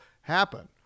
happen